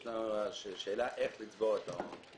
יש לנו שאלה איך לסגור את ההון.